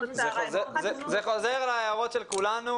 בצהריים --- זה חוזר להערות של כולנו,